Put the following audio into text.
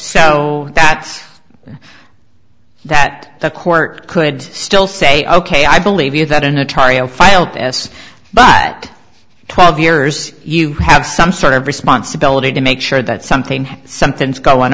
so that's that the court could still say ok i believe you that in a trial file s but twelve years you have some sort of responsibility to make sure that something something's going